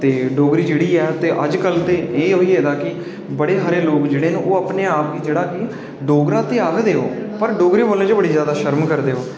ते डोगरी जेह्ड़ी ऐ अजकल ते एह् होई गेदा कि मते सारे लोक जेह्ड़े हैन ओह् अपने आप गी डोगरा ते आखदे ओह् पर डोगरी बोलने च बड़ी ज्यादा शर्म करदे न